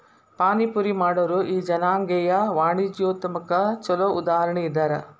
ಪಾನಿಪುರಿ ಮಾಡೊರು ಈ ಜನಾಂಗೇಯ ವಾಣಿಜ್ಯೊದ್ಯಮಕ್ಕ ಛೊಲೊ ಉದಾಹರಣಿ ಇದ್ದಾರ